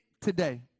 today